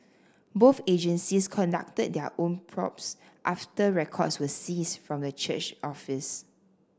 both agencies conducted their own probes after records were seized from the church office